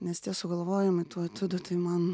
nes tie sugalvojimai tų etiudų tai man